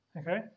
Okay